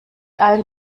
allen